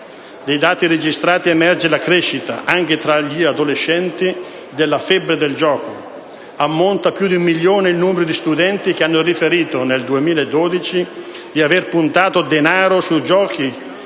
Dai dati registrati, emerge la crescita, anche tra gli adolescenti, della febbre del gioco: ammonta a più di un milione il numero di studenti che hanno riferito, nel 2012, di aver puntato denaro sui giochi